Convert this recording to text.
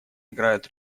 играют